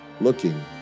looking